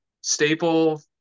staple